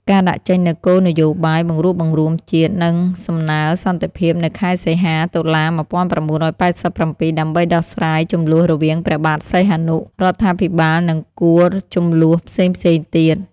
ការដាក់ចេញនូវគោលនយោបាយបង្រួបបង្រួមជាតិ និងសំណើសន្តិភាព នៅខែ សីហា តុលា ១៩៨៧ ដើម្បីដោះស្រាយ ជំលោះរវាងព្រះបាទ សីហនុ រដ្ឋាភិបាល និង គួរ ជំលោះផ្សេងៗទៀត។